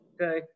okay